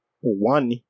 one